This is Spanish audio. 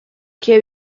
que